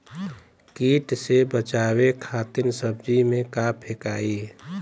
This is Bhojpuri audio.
कीट से बचावे खातिन सब्जी में का फेकाई?